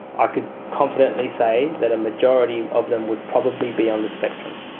i could confidently say that a majority of them would probably be on the spectrum.